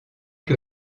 que